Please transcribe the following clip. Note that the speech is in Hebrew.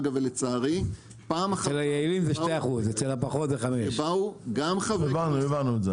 ואגב לצערי פעם אחר פעם באו גם חברי כנסת ו --- הבנו את זה,